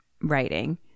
writing